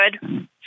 good